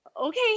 Okay